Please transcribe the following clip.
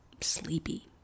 sleepy